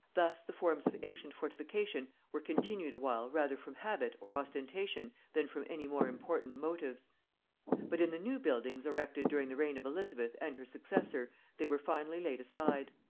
thus the forms of ancient fortification were continued awhile rather from habit or ostentation than from any more important motives but in the new buildings erected during the reign of elizabeth and her successor they were finally laid aside.